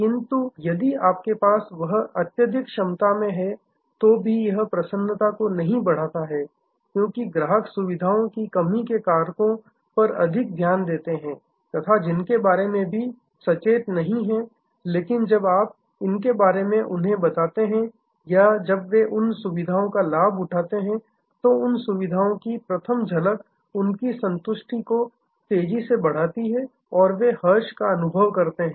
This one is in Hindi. किंतु यदि आपके पास वह अत्यधिक क्षमता में है तो भी यह प्रसन्नता को नहीं बढ़ाता है क्योंकि ग्राहक सुविधाओं की कमी के कारकों पर अधिक ध्यान देते हैं तथा जिनके बारे में भी सचेत नहीं है लेकिन जब आप इनके बारे में उन्हें बताते हैं या जब वे उन सुविधाओं का लाभ उठाते हैं तो उन सुविधाओं की प्रथम झलक उनकी संतुष्टि को तेजी से बढ़ाती है और वे हर्ष का अनुभव करते हैं